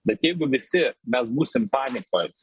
bet jeigu visi mes būsim panikoj